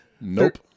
Nope